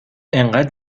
انقد